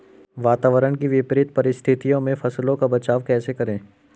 वातावरण की विपरीत परिस्थितियों में फसलों का बचाव कैसे करें?